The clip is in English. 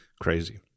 Crazy